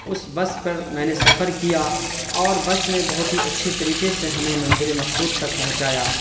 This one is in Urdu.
اس بس پر میں نے سفر کیا اور بس نے بہت ہی اچھے طریقے سے ہمیں منزل مقصود تک پہنچایا